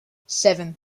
seven